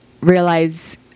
realize